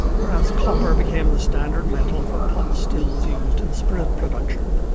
whereas copper became the standard metal for pot stills used in spirit production.